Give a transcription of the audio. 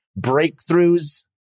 breakthroughs